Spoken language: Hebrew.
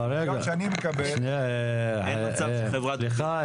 אבל בתלונות שאני מקבל --- אין מצב שחברת גבייה --- סליחה,